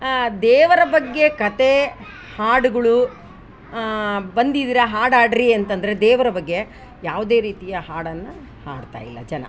ಆ ದೇವರ ಬಗ್ಗೆ ಕತೆ ಹಾಡುಗಳು ಬಂದಿದ್ರೆ ಹಾಡುಹಾಡ್ರಿ ಅಂತಂದರೆ ದೇವರ ಬಗ್ಗೆ ಯಾವುದೇ ರೀತಿಯ ಹಾಡನ್ನು ಹಾಡ್ತ ಇಲ್ಲ ಜನ